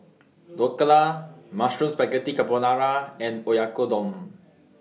Dhokla Mushroom Spaghetti Carbonara and Oyakodon